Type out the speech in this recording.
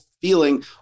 feeling